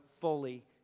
fully